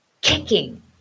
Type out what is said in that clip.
Kicking